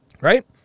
right